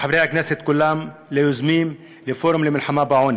לחברי הכנסת כולם, ליוזמים, לפורום למלחמה בעוני,